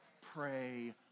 pray